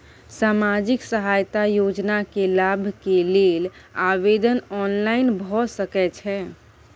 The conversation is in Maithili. सामाजिक सहायता योजना के लाभ के लेल आवेदन ऑनलाइन भ सकै छै?